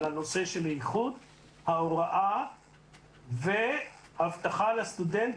הנושא של איכות ההוראה והבטחה לסטודנט,